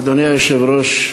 אדוני היושב-ראש,